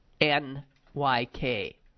N-Y-K